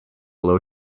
low